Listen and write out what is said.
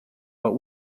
but